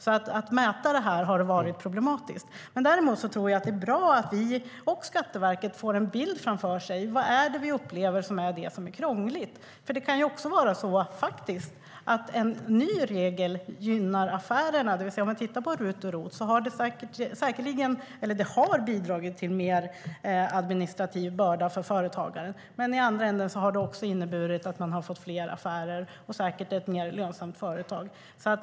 Det har alltså varit problematiskt att mäta det här. Däremot tror jag att det är bra att vi och Skatteverket får en bild av vad som upplevs som krångligt. En ny regel kan nämligen också gynna affärerna. RUT och ROT har till exempel bidragit till mer administrativ börda för företagaren. Men det har också inneburit att man har fått fler affärer och säkert ett mer lönsamt företag.